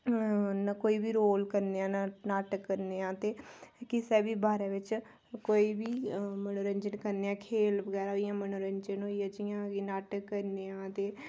कोई बी रोल करने आं ना नाटक करने आं ते किसे बी बारे च कोई बी मनोंरजंन करने आं खेल बगैरा होई गेआ मनोंरजन जि'यां नाटक करने आं ते